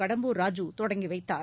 கடம்பூர் ராஜு தொடங்கி வைத்தார்